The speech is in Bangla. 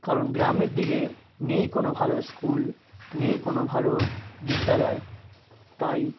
কারণ গ্রামের দিকে নেই কোনো ভালো স্কুল নেই কোনো ভালো বিদ্যালয় তাই